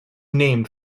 named